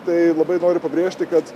tai labai noriu pabrėžti kad